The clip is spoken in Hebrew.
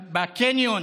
בקניון,